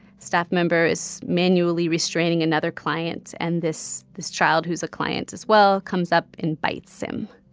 staff member is manually restraining another client. and this this child, who's a client as well, comes up and bites him.